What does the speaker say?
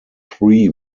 three